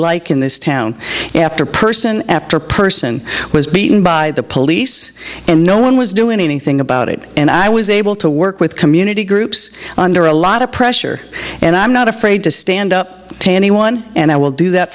like in this town after person after person was beaten by the police and no one was doing anything about it and i was able to work with community groups under a lot of pressure and i'm not afraid to stand up to anyone and i will do that